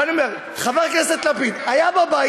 ואני אומר: חבר הכנסת לפיד היה בבית,